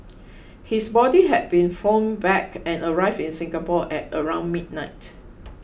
his body had been flown back and arrived in Singapore at around midnight